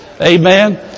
amen